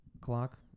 clock